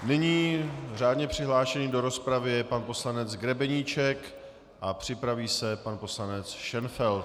Nyní řádně přihlášený do rozpravy je pan poslanec Grebeníček a připraví se pan poslanec Šenfeld.